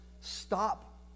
stop